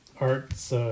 arts